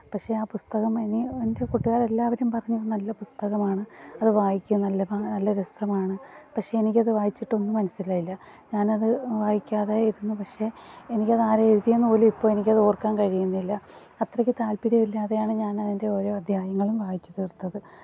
പക്ഷെ ആ പുസ്തകം എന്നെ എന്റെ കൂട്ടുകാരെല്ലാവരും പറഞ്ഞു അത് നല്ല പുസ്തകമാണ് അതു വായിക്കാൻ നല്ല നല്ല രസമാണ് പക്ഷെ എനിക്കത് വായിച്ചിട്ടൊന്നും മനസ്സിലായില്ല ഞാനത് വായിക്കാതെ ഇരുന്നു പക്ഷെ എനിക്കതാരാണ് എഴുതിയതെന്ന് പോലും ഇപ്പം എനിക്കത് ഓര്ക്കാൻ കഴിയുന്നില്ല അത്രയ്ക്ക് താല്പ്പര്യവില്ലാതെയാണ് ഞാനതിന്റെ ഓരോ അധ്യായങ്ങളും വായിച്ചു തീര്ത്തത്